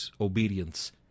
obedience